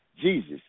Jesus